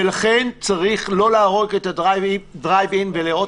לכן צריך לא להרוג את הדרייב-אין ולראות